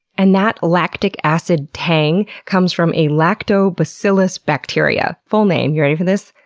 and that lactic acid tang comes from a lactobacillus bacteria full name, you ready for this?